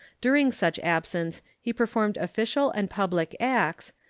during such absence he performed official and public acts,